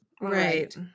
Right